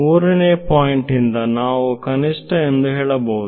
3ನೇ ಪಾಯಿಂಟ್ ನಿಂದ ನಾವು ಕನಿಷ್ಠ ಎಂದು ಹೇಳಬಹುದು